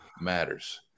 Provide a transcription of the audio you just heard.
matters